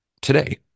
today